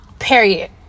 Period